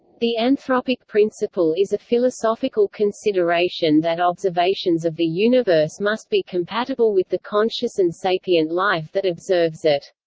the anthropic principle is a philosophical consideration that observations of the universe must be compatible with the conscious and sapient life that observes it.